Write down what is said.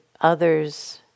others